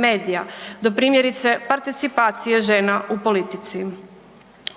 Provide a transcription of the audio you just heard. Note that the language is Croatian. medija, do primjerice participacije žena u politici.